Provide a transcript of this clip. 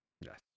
Yes